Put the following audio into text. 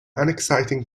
unexciting